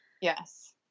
Yes